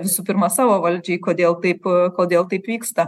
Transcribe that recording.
visų pirma savo valdžiai kodėl taip kodėl taip vyksta